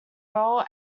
role